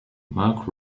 mark